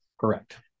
Correct